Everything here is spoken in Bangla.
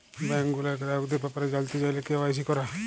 ব্যাংক গুলার গ্রাহকদের ব্যাপারে জালতে চাইলে কে.ওয়াই.সি ক্যরা